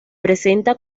presenta